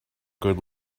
good